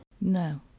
No